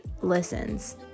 listens